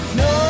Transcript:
no